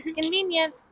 convenient